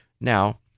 Now